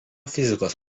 fizikos